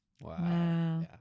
Wow